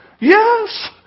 Yes